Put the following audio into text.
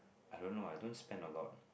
I don't know I don't spend a lot